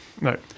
no